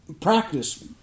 practice